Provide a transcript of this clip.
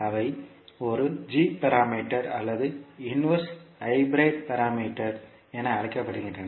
அவை ஒரு g parameter அல்லது இன்வர்ஸ் ஹைபிரிட் பாராமீட்டர்கள் என அழைக்கப்படுகின்றன